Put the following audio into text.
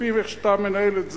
לפי איך שאתה מנהל את זה,